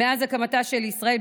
מאז הקמתה של ישראל,